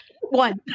One